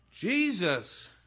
Jesus